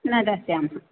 न दास्यामः